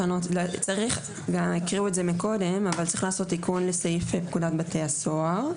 צריך לעשות תיקון לסעיף פקודת בתי הסוהר.